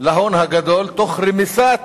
להון הגדול, תוך רמיסת